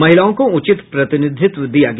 महिलाओं को उचित प्रतिनिधित्व दिया गया